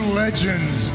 legends